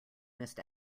missed